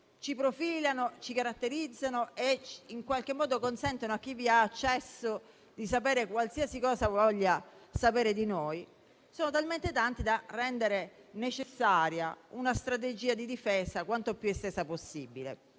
ci profilano, ci caratterizzano e consentono a chi vi ha accesso di conoscere qualsiasi cosa voglia sapere di noi; essi sono talmente tanti da rendere necessaria una strategia di difesa quanto più estesa possibile.